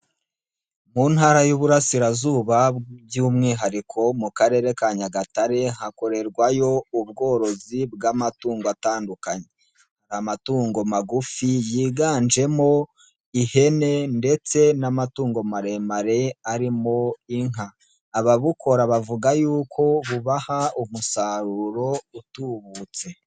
Mu ntara y'ububurasirazuba by'umwihariko mu karere ka Nyagatare, hakorerwayo ubworozi bw'amatungo atandukanye, amatungo magufi yiganjemo ihene ndetse n'amatungo maremare arimo inka, ababukora bavuga yuko bubaha umusaruro utubutse.